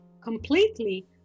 completely